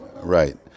Right